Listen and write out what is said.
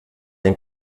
ein